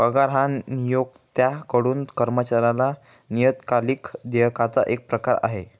पगार हा नियोक्त्याकडून कर्मचाऱ्याला नियतकालिक देयकाचा एक प्रकार आहे